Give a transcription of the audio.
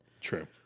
True